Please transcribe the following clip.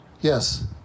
Yes